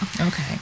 Okay